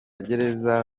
gereza